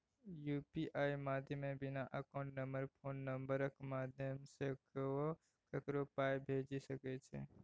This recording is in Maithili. यु.पी.आइ माध्यमे बिना अकाउंट नंबर फोन नंबरक माध्यमसँ केओ ककरो पाइ भेजि सकै छै